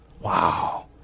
Wow